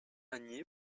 magnier